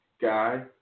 guy